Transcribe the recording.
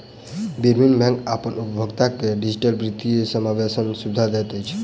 विभिन्न बैंक अपन उपभोगता के डिजिटल वित्तीय समावेशक सुविधा दैत अछि